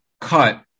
cut